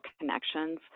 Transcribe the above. connections